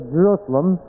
Jerusalem